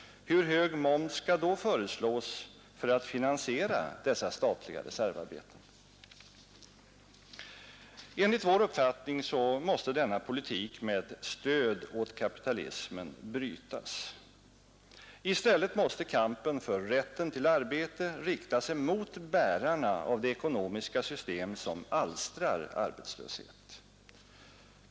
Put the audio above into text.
Hur hög moms skall då föreslås för att finansiera dessa statliga reservarbeten? Enligt vår uppfattning måste denna politik med stöd åt kapitalismen brytas. I stället måste kampen för rätten till arbete rikta sig mot bärarna av det ekonomiska system som alstrar arbetslöshet.